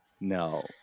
no